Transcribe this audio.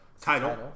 title